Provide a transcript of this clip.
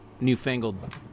newfangled